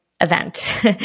event